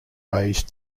raised